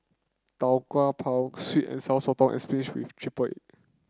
Tau Kwa Pau sweet and Sour Sotong and spinach with triple egg